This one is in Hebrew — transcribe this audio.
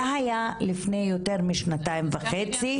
זה היה לפני יותר משנתיים וחצי.